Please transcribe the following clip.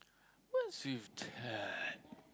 what's with that